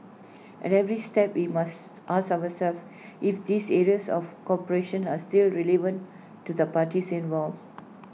at every step we must ask ourselves if this areas of cooperation are still relevant to the parties involved